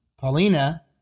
Paulina